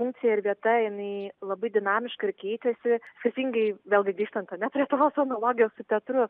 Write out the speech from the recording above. funkcija ir vieta jinai labai dinamiška ir keitėsi teisingai vėlgi grįžtant prie tos analogijos su teatru